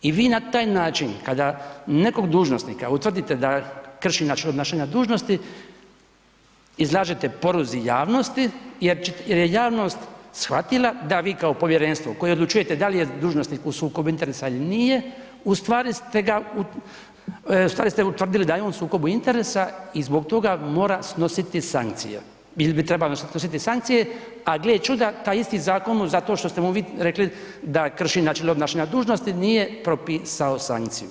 I vi na taj način kada nekog dužnosnika utvrdite da krši načelo obnašanja dužnosti izlažete poruzi javnosti, jer je javnost shvatila da vi kao Povjerenstvo koje odlučujete da li je dužnosnik u sukobu interesa ili nije u stvari ste utvrdili da je on u sukobu interesa i zbog toga mora snositi sankcije ili bi trebao snositi sankcije, a gle čuda, taj isti zakon zato što ste mu vi rekli da krši načelo obnašanje dužnosti, nije propisao sankciju.